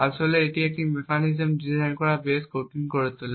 আসলে এমন একটি মেকানিজম ডিজাইন করা বেশ কঠিন করে তোলে